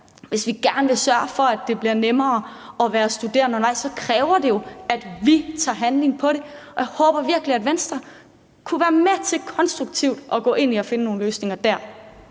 hvis vi gerne vil sørge for, at det bliver nemmere at være studerende undervejs, så kræver det jo, at vi tager handling på det. Jeg håber virkelig, at Venstre kunne være med til konstruktivt at gå ind i at finde nogle løsninger der.